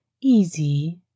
easy